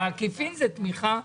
בעקיפין זה תמיכה,